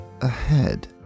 Ahead